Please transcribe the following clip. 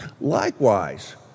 Likewise